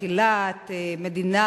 בתחילת מדינה,